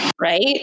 Right